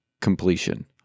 completion